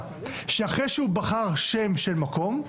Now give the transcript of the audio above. שיידע שאחרי שהוא בחר שם של מקום,